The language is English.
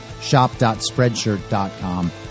shop.spreadshirt.com